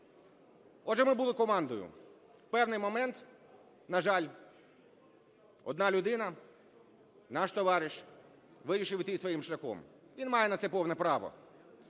Отже, ми були командою. В певний момент, на жаль, одна людина, наш товариш, вирішив йти своїм шляхом. Він має на це повне право.